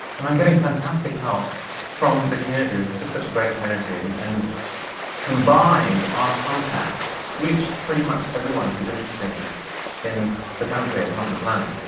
and i'm getting fantastic help from the community this is just such a great community. and and combined, our contacts reach pretty much everyone who's interesting in the country, if not the planet.